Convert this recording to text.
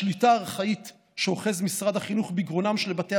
השליטה הארכאית שאוחז משרד החינוך בגרונם של בתי